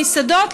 מסעדות,